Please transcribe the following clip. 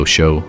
Show